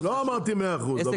לא אמרתי מאה אחוז, אבל תנו.